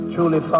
Truly